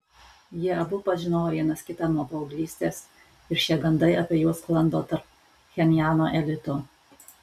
jie abu pažinojo vienas kitą nuo paauglystės ir šie gandai apie juos sklando tarp pchenjano elito